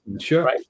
Sure